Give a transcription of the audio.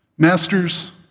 Masters